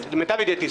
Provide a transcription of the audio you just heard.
למיטב ידיעתי,